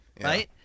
Right